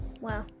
Wow